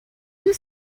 you